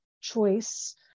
choice